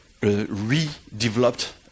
redeveloped